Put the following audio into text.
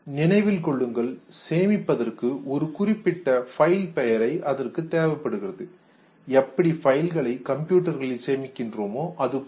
நினைவில் கொள்ளுங்கள் சேமிப்பதற்கு ஒரு குறிப்பிட்ட பைல் பெயர் அதற்கு தேவைப்படுகிறது எப்படி பைல்களை கம்ப்யூட்டர்களில் சேமிக்கிறோம் அதுபோல